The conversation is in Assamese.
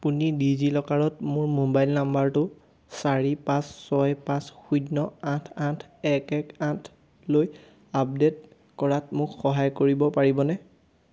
আপুনি ডিজিলকাৰত মোৰ মোবাইল নাম্বাৰটো চাৰি পাঁচ ছয় পাঁচ শূন্য আঠ আঠ এক এক আঠলৈ আপডেট কৰাত মোক সহায় কৰিব পাৰিবনে